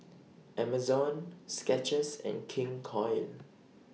Amazon Skechers and King Koil